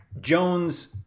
Jones